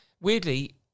weirdly